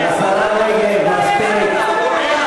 השרה רגב, מספיק.